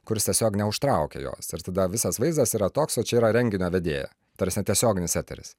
kuris tiesiog neužtraukia jos ir tada visas vaizdas yra toks o čia yra renginio vedėja ta prasme tiesioginis eteris